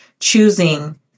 Choosing